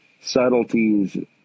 subtleties